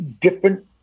different